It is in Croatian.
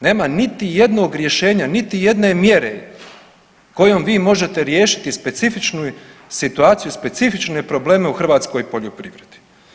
Nema niti jednog rješenja, niti jedne mjere kojom vi možete riješiti specifičnu situaciju, specifične probleme u Hrvatskoj poljoprivredi.